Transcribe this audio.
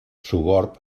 sogorb